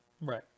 right